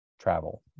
travel